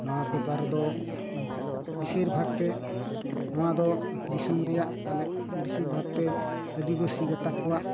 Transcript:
ᱱᱚᱣᱟ ᱯᱮᱯᱟᱨ ᱨᱮᱫᱚ ᱵᱮᱥᱤᱨ ᱵᱷᱟᱜᱽ ᱛᱮ ᱱᱚᱣᱟ ᱫᱚ ᱫᱤᱥᱚᱢ ᱨᱮᱭᱟᱜ ᱟᱞᱮ ᱵᱮᱥᱤᱨ ᱵᱷᱟᱜᱽ ᱛᱮ ᱟᱫᱤᱵᱟᱥᱤ ᱜᱟᱛᱟᱠ ᱠᱚᱣᱟᱜ